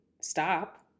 stop